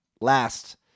Last